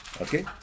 okay